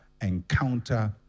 encounter